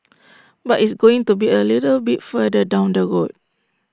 but it's going to be A little bit further down the road